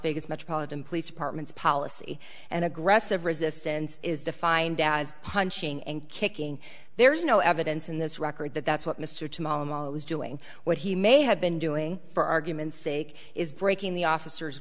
vegas metropolitan police department's policy and aggressive resistance is defined as punching and kicking there is no evidence in this record that that's what mr tamala mall was doing what he may have been doing for argument's sake is breaking the officers